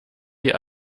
die